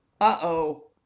uh-oh